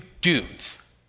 dudes